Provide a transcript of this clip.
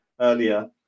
earlier